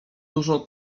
dużo